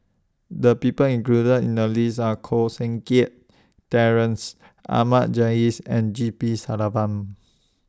The People included in The list Are Koh Seng Kiat Terence Ahmad Jais and G P